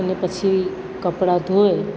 અને પછી કપડાં ધોવે